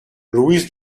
louise